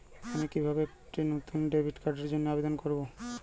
আমি কিভাবে একটি নতুন ডেবিট কার্ডের জন্য আবেদন করব?